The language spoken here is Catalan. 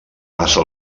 passa